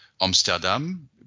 Amsterdam